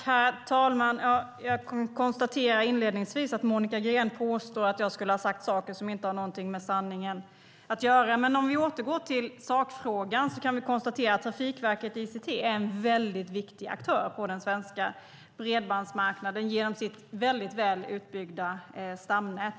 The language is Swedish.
Herr talman! Jag konstaterar inledningsvis att Monica Green påstår att jag har sagt saker som inte har något med sanningen att göra. Låt oss återgå till sakfrågan. Trafikverket ICT är en viktig aktör på den svenska bredbandsmarknaden tack vare sitt väl utbyggda stamnät.